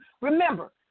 Remember